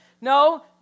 No